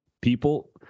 people